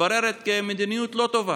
מתבררת כמדיניות לא טובה.